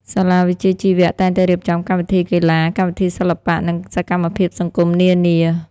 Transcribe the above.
សាលាវិជ្ជាជីវៈតែងតែរៀបចំកម្មវិធីកីឡា កម្មវិធីសិល្បៈ និងសកម្មភាពសង្គមនានា។